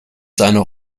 seiner